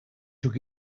took